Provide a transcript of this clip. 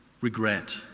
regret